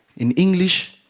in english